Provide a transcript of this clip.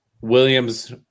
Williams